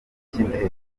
cy’indege